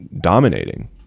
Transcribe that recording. dominating